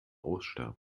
aussterben